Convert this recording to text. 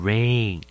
Rain